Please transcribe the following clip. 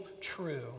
true